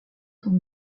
sans